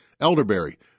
elderberry